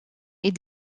est